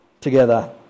together